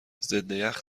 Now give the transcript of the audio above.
ضدیخ